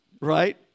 right